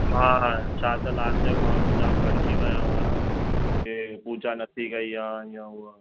हा हा छा त लास्ट टाइम माण्हूं जाम भड़की विया हुआ न की पूजा नथी कई आहे हीआ उहा